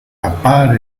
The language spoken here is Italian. appare